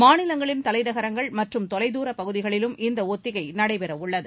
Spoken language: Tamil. மாநிலங்களின் தலைநகரங்கள் மற்றும் தொலைதூர பகுதிகளிலும் இந்த ஒத்திகை நடைபெறவுள்ளது